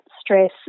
stress